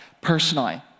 personally